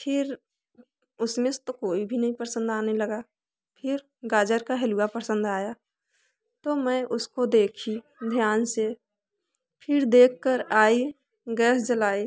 फिर उसमें से तो कोई भी नही पसंद आने लगा फिर गाजर का हलुआ पसंद आया तो मैं उसको देखी ध्यान से फिर देखकर आई गैस जलाई